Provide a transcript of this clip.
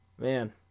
man